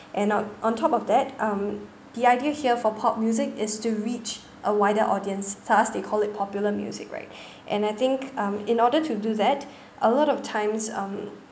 and on on top of that um the idea here for pop music is to reach a wider audience thus they call it popular music right and I think um in order to do that a lot of times um